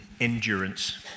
endurance